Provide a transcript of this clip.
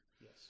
Yes